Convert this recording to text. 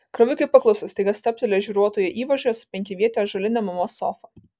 krovikai pakluso staiga stabtelėjo žvyruotoje įvažoje su penkiaviete ąžuoline mamos sofa